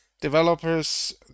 developers